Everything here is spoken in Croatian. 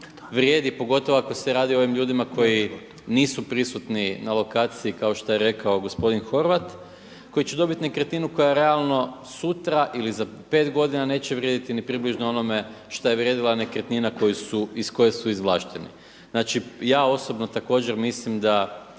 vrijedi pogotovo ako se radi o ovim ljudima koji nisu prisutni na lokaciji kao što je rekao gospodin Horvat, koji će dobiti nekretninu koja realno sutra ili za pet godina neće vrijediti ni približno onome šta je vrijedila nekretnina iz koje su izvlašteni. Znači ja osobno također mislim da